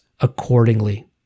accordingly